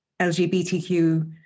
LGBTQ